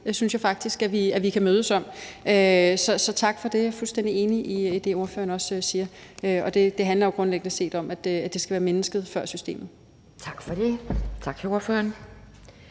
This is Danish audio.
synes jeg faktisk vi kan mødes om. Så tak for det. Jeg er fuldstændig enig i det, ordføreren siger. Det handler jo grundlæggende set om, at det skal være mennesket før systemet. Kl. 11:57 Anden